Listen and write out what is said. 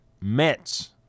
Mets